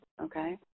Okay